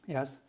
Yes